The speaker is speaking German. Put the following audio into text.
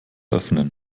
öffnen